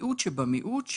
מיעוט שבמיעוט,